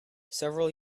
several